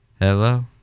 Hello